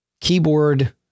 keyboard